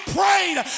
prayed